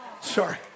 sorry